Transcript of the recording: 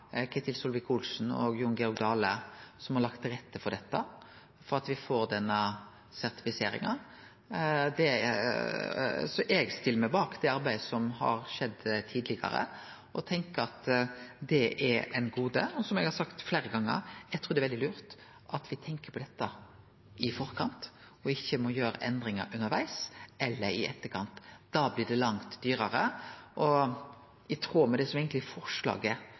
Ketil Solvik-Olsen og Jon Georg Dale, som har lagt til rette for at me får denne sertifiseringa. Eg stiller meg bak det arbeidet som har vore gjort tidlegare, og tenkjer at det er eit gode. Og, som eg har sagt fleire gonger: Eg trur det er veldig lurt at me tenkjer på dette i forkant og ikkje må gjere endringar undervegs eller i etterkant. Da blir det langt dyrare, og i tråd med det som eigentleg er forslaget